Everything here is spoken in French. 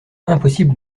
impossible